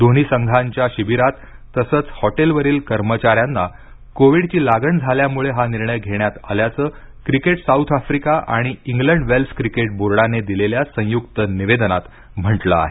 दोन्ही संघांच्या शिविरात तसंच हॉटेलवरील कर्मचाऱ्यांना कोविड ची लागण झाल्यामुळे हा निर्णय घेण्यात आल्याचं क्रिकेट साऊथ आफ्रिका आणि इंग्लंड वेल्स क्रिकेट बोर्डाने दिलेल्या संयुक्त निवेदनाद्वारे ही घोषणा करण्यात आली आहे